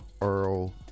earl